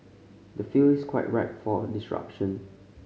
the field is quite ripe for disruption